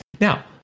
now